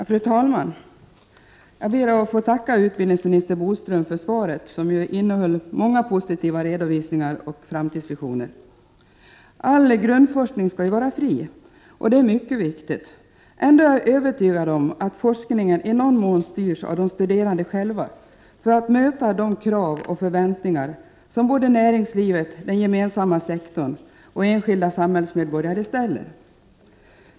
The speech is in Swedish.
Fru talman! Jag ber att få tacka utbildningsminister Bodström för svaret, som innehöll många positiva redovisningar och framtidsvisioner. All grundforskning skall vara fri; det är mycket viktigt! Ändå är jag övertygad om att forskningen i någon mån styrs av de studerande själva för att möta de krav och förväntningar som både näringslivet, den gemensamma sektorn och enskilda samhällsmedborgare ställer.